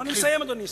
אני מסיים, אדוני.